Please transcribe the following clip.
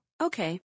Okay